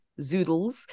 zoodles